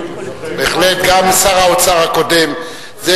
בשלב זה.